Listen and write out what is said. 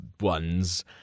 ones